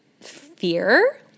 fear